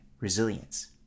resilience